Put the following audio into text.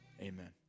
Amen